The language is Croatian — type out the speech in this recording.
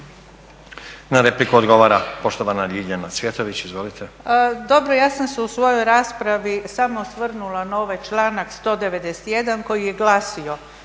Na repliku odgovara poštovana Ljiljana Cvjetović. Izvolite. **Cvjetović, Ljiljana (HSU)** Dobro ja sam se u svojoj raspravi samo osvrnula na ovaj članak 191. koji je glasio